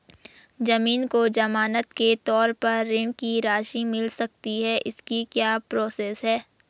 ज़मीन को ज़मानत के तौर पर ऋण की राशि मिल सकती है इसकी क्या प्रोसेस है?